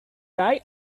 guy